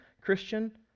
christian